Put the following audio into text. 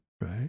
right